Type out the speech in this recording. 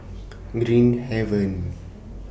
Green Haven